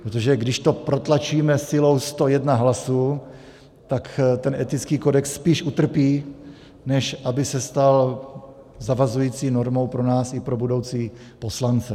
Protože když to protlačíme silou 101 hlasů, tak ten etický kodex spíš utrpí, než aby se stal zavazující normou pro nás i pro budoucí poslance.